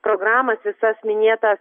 programas visas minėtas